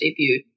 debuted